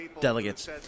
delegates